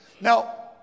Now